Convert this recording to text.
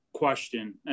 Question